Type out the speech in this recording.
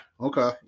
okay